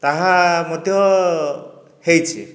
ତାହା ମଧ୍ୟ ହୋଇଛି